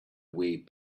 way